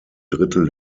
drittel